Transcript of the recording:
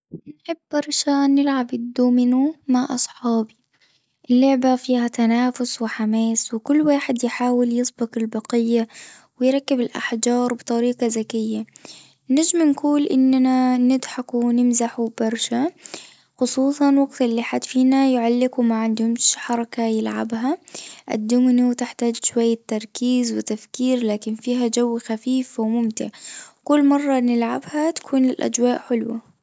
نحب برشا نلعب الدومينو مع أصحابي، اللعبة فيها تنافس وحماس وكل واحد يحاول يسبق البقية ويركب الأحجار بطريقة ذكية، نجم نقول إننا نضحكو ونمزحو برشا خصوصًا وقت اللي حد فينا يعلق وما عندهموش حركة يلعبها، الدومينو تحتاج شوية تركيز وتفكير لكن فيها جو خفيف وممتع، كل مرة نلعبها تكون الأجواء حلوة.